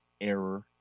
error